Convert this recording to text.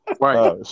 Right